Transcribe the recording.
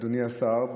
אדוני השר,